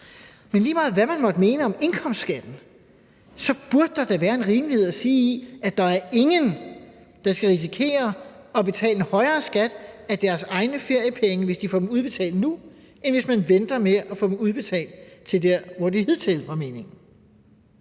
de er eller højere, og fred være med det – så burde der da være en rimelighed i at sige, at der ikke er nogen, der skal risikere at betale en højere skat af deres egne feriepenge, hvis de får dem udbetalt nu, end hvis de venter med at få dem udtalt til det tidspunkt, det oprindelig var meningen.